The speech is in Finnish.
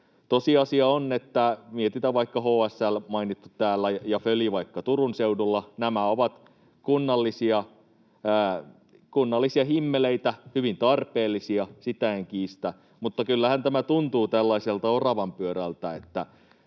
joka on mainittu täällä, ja vaikka Föliä Turun seudulla, niin nämä ovat kunnallisia himmeleitä, hyvin tarpeellisia, sitä en kiistä, mutta kyllähän tämä tuntuu tällaiselta oravanpyörältä,